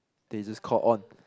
then it just caught on